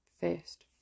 first